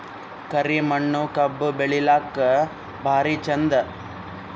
ಕರಿ ಮಣ್ಣು ಕಬ್ಬು ಬೆಳಿಲ್ಲಾಕ ಭಾರಿ ಚಂದ?